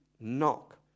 knock